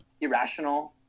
irrational